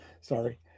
Sorry